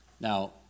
Now